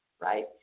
right